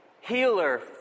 healer